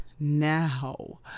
Now